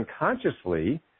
unconsciously